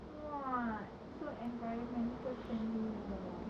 !wah! so environment friendly wor